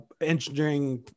engineering